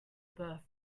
birth